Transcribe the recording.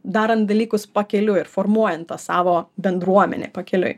darant dalykus pakeliui ir formuojant tą savo bendruomenę pakeliui